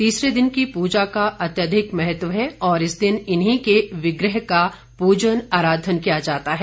तीसरे दिन की पूजा का अत्यधिक महत्व है और इस दिन इन्हीं के विग्रह का पूजन आराधन किया जाता है